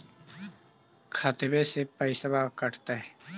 खतबे से पैसबा कटतय?